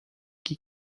que